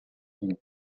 ville